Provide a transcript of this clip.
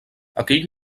aquell